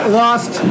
lost